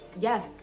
Yes